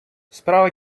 справа